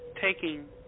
taking